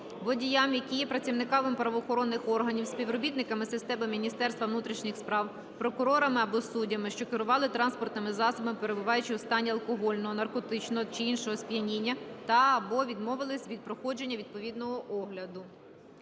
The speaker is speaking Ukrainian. водіям, які є працівниками правоохоронних органів, співробітниками системи Міністерства внутрішніх справ, прокурорами або суддями, що керували транспортними засобами перебуваючи у стані алкогольного, наркотичного чи іншого сп'яніння, та/або відмовились від проходження відповідного огляду.